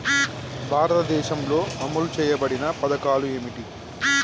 భారతదేశంలో అమలు చేయబడిన పథకాలు ఏమిటి?